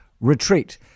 retreat